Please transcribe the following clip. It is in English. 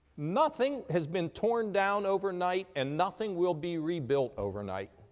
nothing has been torn down over night, and nothing will be rebuilt over night.